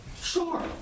sure